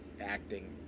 acting